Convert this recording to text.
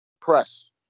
press